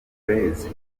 blaze